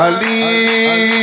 Ali